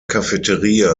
cafeteria